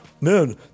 man